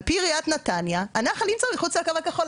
על-פי עיריית נתניה הנחל הוא בקו הכחול,